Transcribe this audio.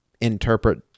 interpret